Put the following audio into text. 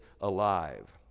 alive